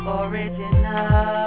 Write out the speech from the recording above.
original